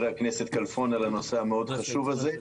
הכנסת כלפון על העלאת הנושא החשוב מאוד הזה.